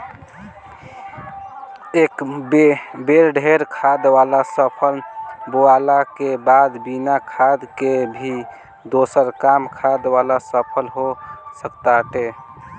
एक बेर ढेर खाद वाला फसल बोअला के बाद बिना खाद के भी दोसर कम खाद वाला फसल हो सकताटे